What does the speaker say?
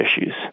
issues